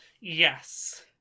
Yes